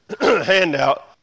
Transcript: handout